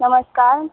નમસ્કાર